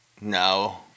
No